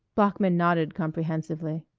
bloeckman nodded comprehensively.